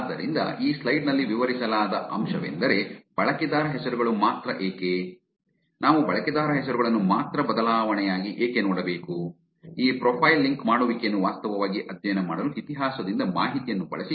ಆದ್ದರಿಂದ ಈ ಸ್ಲೈಡ್ ನಲ್ಲಿ ವಿವರಿಸಲಾದ ಅಂಶವೆಂದರೆ ಬಳಕೆದಾರ ಹೆಸರುಗಳು ಮಾತ್ರ ಏಕೆ ನಾವು ಬಳಕೆದಾರ ಹೆಸರುಗಳನ್ನು ಮಾತ್ರ ಬದಲಾವಣೆಯಾಗಿ ಏಕೆ ನೋಡಬೇಕು ಈ ಪ್ರೊಫೈಲ್ ಲಿಂಕ್ ಮಾಡುವಿಕೆಯನ್ನು ವಾಸ್ತವವಾಗಿ ಅಧ್ಯಯನ ಮಾಡಲು ಇತಿಹಾಸದಿಂದ ಮಾಹಿತಿಯನ್ನು ಬಳಸಿ